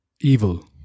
evil